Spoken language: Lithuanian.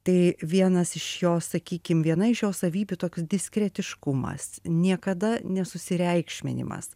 tai vienas iš jos sakykim viena iš jos savybių toks diskretiškumas niekada nesusireikšminimas